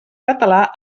català